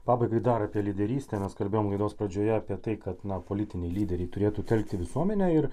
pabaigai dar apie lyderystę mes kalbėjom laidos pradžioje apie tai kad politiniai lyderiai turėtų telkti visuomenę ir